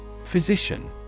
Physician